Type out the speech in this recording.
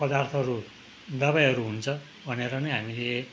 पदार्थहरू दबाईहरू हुन्छ भनेर नै हामीले